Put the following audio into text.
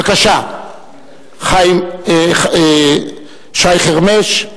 בבקשה, שי חרמש.